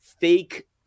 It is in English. fake